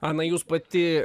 ana jūs pati